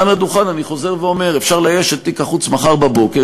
מעל הדוכן אני חוזר ואומר: אפשר לאייש את תיק החוץ מחר בבוקר,